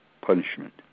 punishment